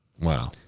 wow